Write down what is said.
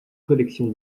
collection